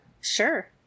Sure